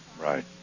Right